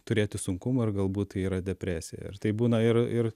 turėti sunkumų ar galbūt tai yra depresija ir taip būna ir ir